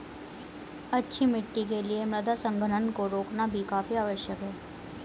अच्छी मिट्टी के लिए मृदा संघनन को रोकना भी काफी आवश्यक है